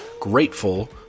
Grateful